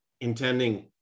intending